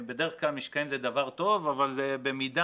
משקעים זה דבר טוב אבל במידה,